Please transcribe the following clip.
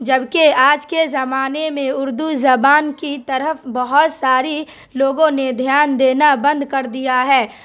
جبکہ آج کے زمانے میں اردو زبان کی طرف بہت ساری لوگوں نے دھیان دینا بند کر دیا ہے